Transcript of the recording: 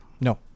No